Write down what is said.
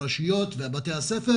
עם הרשויות ובתי הספר